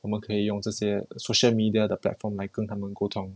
我们可以用这些 social media 的 platform 来跟他们沟通